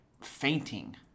fainting